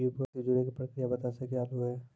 UPI से जुड़े के प्रक्रिया बता सके आलू है?